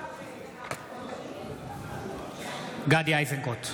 (קורא בשמות חברי הכנסת) גדי איזנקוט,